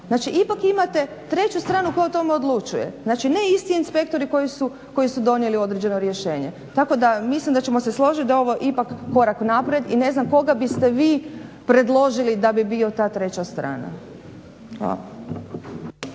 ipak imate treću stranu koja o tome odlučuje. Znači ne isti inspektori koji su donijeli određeno rješenje. Tako da mislim da ćemo se složiti da je ovo ipak korak unaprijed. I ne znam koga biste vi predložili da bi bio ta treba strana.